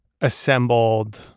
assembled